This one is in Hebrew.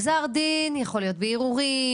גזר דין יכול להיות בערעורים,